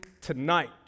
tonight